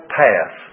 path